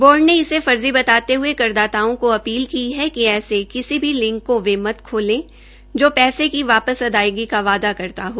board ने इसे फर्जी बताते हये करदाताओं को अपील की है कि ऐसे किसी लिंक को वे मत खोलें जो पैसे की वापस अदायगी की वादा करता है